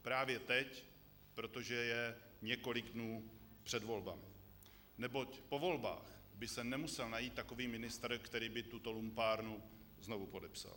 Právě teď, protože je několik dnů před volbami, neboť po volbách by se nemusel najít takový ministr, který by tuto lumpárnu znovu podepsal.